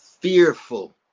fearful